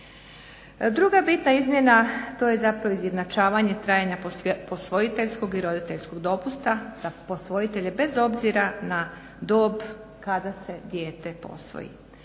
Druga bitna izmjena to je zapravo izjednačavanje trajanja posvojiteljskog i roditeljskog dopusta, za posvojitelje bez obzira na dob kada se dijete posvoji.